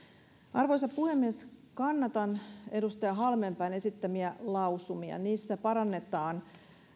arvoisa puhemies kannatan edustaja halmeenpään esittämiä lausumia niissä parannetaan